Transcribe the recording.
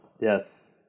Yes